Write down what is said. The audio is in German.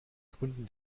gründen